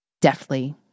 deftly